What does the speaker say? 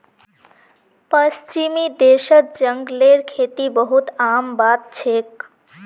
पश्चिमी देशत जंगलेर खेती बहुत आम बात छेक